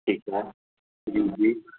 ठीकु आहे जी जी